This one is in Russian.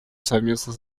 совместно